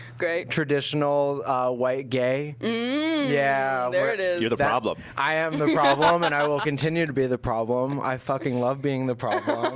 great. traditional white gay. mm. yeah. there it is. you're the problem. i am the problem and i will continue to be the problem. i fucking love being the problem.